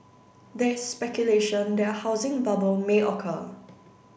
there is speculation that a housing bubble may occur